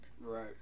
Right